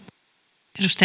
arvoisa